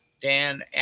Dan